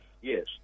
Yes